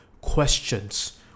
questions